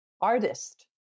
artist